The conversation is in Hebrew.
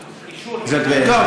אישור, גם.